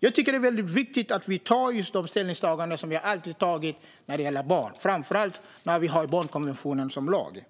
Det är viktigt att vi här gör de ställningstaganden vi alltid gjort när det gäller barn, framför allt eftersom vi har barnkonventionen som lag.